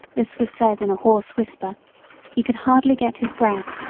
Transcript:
this was said in a hoarse whisper he could hardly get his breath,